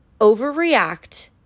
overreact